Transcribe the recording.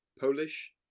Polish